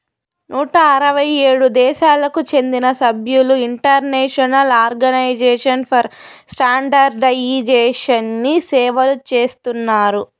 నూట అరవై ఏడు దేశాలకు చెందిన సభ్యులు ఇంటర్నేషనల్ ఆర్గనైజేషన్ ఫర్ స్టాండర్డయిజేషన్ని సేవలు చేస్తున్నారు